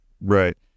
Right